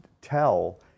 tell